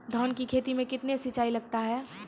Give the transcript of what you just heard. धान की खेती मे कितने सिंचाई लगता है?